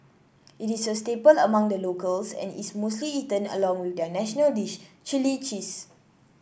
it is a staple among the locals and is mostly eaten along with their national dish chilli cheese